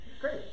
great